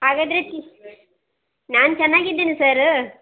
ಹಾಗಾದರೆ ಟಿ ನಾನು ಚೆನ್ನಾಗಿದಿನಿ ಸರ್ರ್